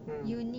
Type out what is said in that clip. hmm